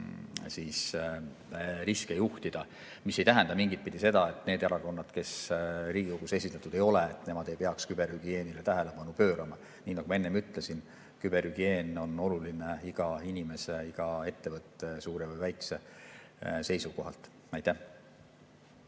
juhtida. See ei tähenda mingitpidi seda, et need erakonnad, kes Riigikogus esindatud ei ole, ei peaks küberhügieenile tähelepanu pöörama. Nii nagu ma enne ütlesin, küberhügieen on oluline iga inimese, iga ettevõtte, suure või väikse seisukohalt. Aitäh!